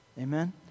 Amen